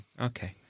Okay